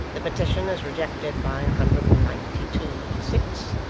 the petition is rejected by a hundred and ninety-two, to six.